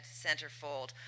centerfold